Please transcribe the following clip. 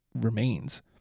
remains